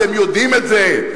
אתם יודעים את זה,